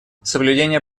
соблюдение